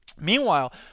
Meanwhile